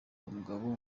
umugabo